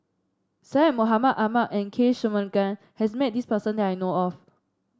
Syed Mohamed Ahmed and K Shanmugam has met this person that I know of